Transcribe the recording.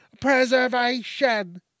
Preservation